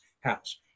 house